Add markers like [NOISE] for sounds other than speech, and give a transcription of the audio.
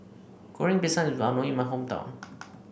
Goreng Pisang [UNINTELLIGIBLE] well known in my hometown